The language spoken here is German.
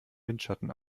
windschatten